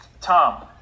Tom